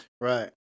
Right